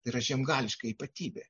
tai yra žiemgališka ypatybė